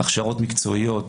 הכשרות מקצועיות,